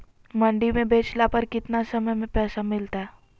मंडी में बेचला पर कितना समय में पैसा मिलतैय?